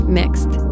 mixed